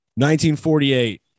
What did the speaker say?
1948